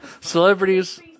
Celebrities